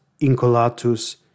incolatus